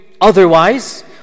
otherwise